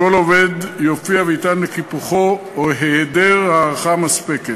כשכל עובד יופיע ויטען על קיפוחו או על היעדר הערכה מספקת.